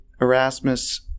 Erasmus